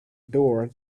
door